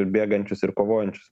bėgančius ir kovojančius